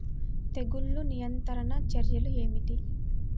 తెగులు నియంత్రణ చర్యలు ఏమిటి?